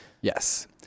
Yes